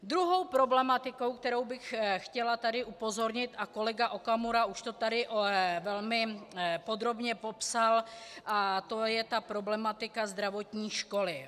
Druhou problematikou, kterou bych chtěla tady upozornit, a kolega Okamura už to tady velmi podrobně popsal, a to je problematika zdravotní školy.